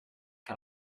que